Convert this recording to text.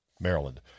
Maryland